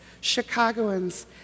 Chicagoans